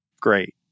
Great